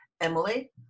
emily